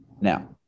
Now